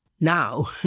now